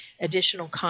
additional